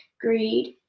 greed